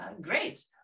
Great